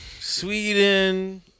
Sweden